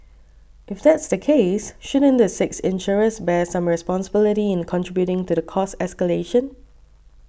if that's the case shouldn't the six insurers bear some responsibility in contributing to the cost escalation